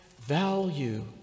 value